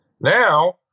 Now